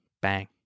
bang